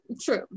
True